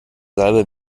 salbe